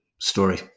story